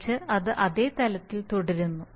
മറിച്ച് അത് അതേ തലത്തിൽ തുടരുന്നു